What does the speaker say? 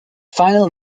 final